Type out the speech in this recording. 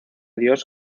dios